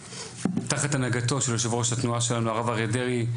תחת הנהגתו של יושב-ראש התנועה שלנו הרב אריה דרעי,